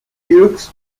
hughes